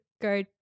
go